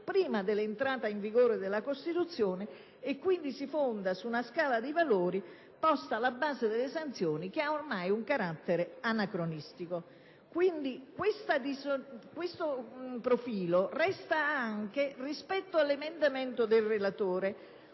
prima dell'entrata in vigore della Costituzione e che quindi si fonda su una scala di valori posta alla base delle sanzioni che ha ormai un carattere anacronistico. Questo profilo resta anche rispetto all'emendamento del relatore